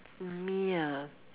me ah